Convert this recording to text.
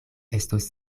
estos